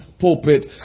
pulpit